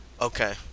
Okay